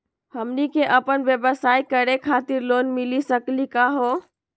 हमनी क अपन व्यवसाय करै खातिर लोन मिली सकली का हो?